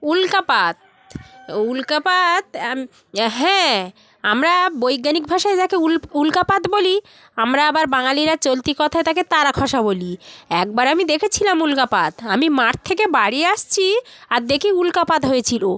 উল্কাপাত উল্কাপাত হ্যাঁ আমরা বৈজ্ঞানিক ভাষায় যাকে উল্কাপাত বলি আমরা আবার বাঙালিরা চলতি কথায় তাকে তারা খসা বলি একবার আমি দেখেছিলাম উল্কাপাত আমি মাঠ থেকে বাড়ি আসছি আর দেখি উল্কাপাত হয়েছিল